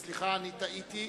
סליחה, אני טעיתי.